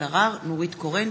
תודה.